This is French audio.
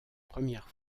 première